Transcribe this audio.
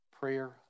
prayer